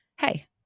hey